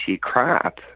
crap